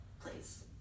Please